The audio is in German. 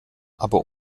aber